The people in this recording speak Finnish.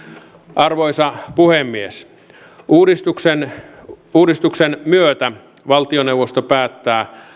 arvoisa puhemies uudistuksen uudistuksen myötä valtioneuvosto päättää